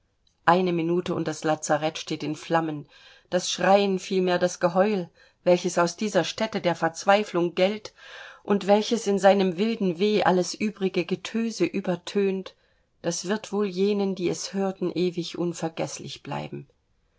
eine minute und das lazareth steht in flammen das schreien vielmehr das geheul welches aus dieser stätte der verzweiflung gellt und welches in seinem wilden weh alles übrige getöse übertönt das wird wohl jenen die es hörten ewig unvergeßlich bleiben